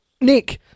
Nick